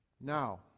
Now